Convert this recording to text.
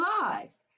lives